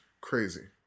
crazy